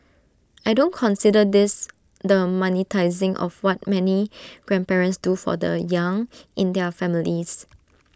I don't consider this the monetising of what many grandparents do for the young in their families